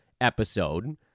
episode